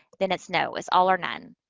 then it's no, it's all or none.